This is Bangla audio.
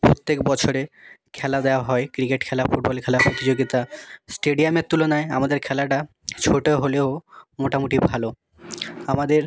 প্রত্যেক বছরে খেলা দেওয়া হয় ক্রিকেট খেলা ফুটবল খেলা প্রতিযোগিতা স্টেডিয়ামের তুলনায় আমাদের খেলাটা ছোটো হলেও মোটামুটি ভালো আমাদের